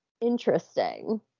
interesting